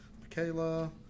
Michaela